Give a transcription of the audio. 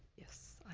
yes, i